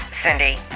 Cindy